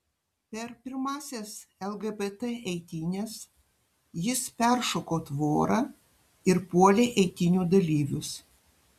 per pirmąsias lgbt eitynes jis peršoko tvorą ir puolė eitynių dalyvius